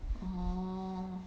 orh